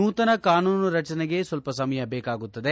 ನೂತನ ಕಾನೂನು ರಚನೆಗೆ ಸ್ವಲ್ಪ ಸಮಯ ಬೇಕಾಗುತ್ತದೆ